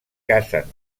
cacen